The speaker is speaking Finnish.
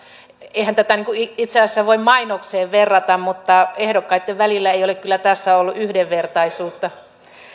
eihän tätä itse asiassa voi mainokseen verrata mutta ehdokkaitten välillä ei ole kyllä tässä ollut yhdenvertaisuutta